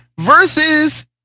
versus